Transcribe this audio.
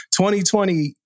2020